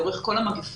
לאורך כל המגיפה,